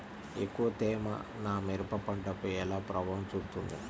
ఎక్కువ తేమ నా మిరప పంటపై ఎలా ప్రభావం చూపుతుంది?